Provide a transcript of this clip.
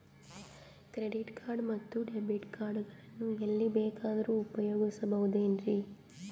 Credit card ಮತ್ತು debit card ಗಳನ್ನು ಎಲ್ಲಿ ಬೇಕಾದ್ರು ಉಪಯೋಗಿಸಬಹುದೇನ್ರಿ?